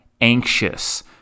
anxious